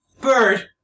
Bird